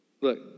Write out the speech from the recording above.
Look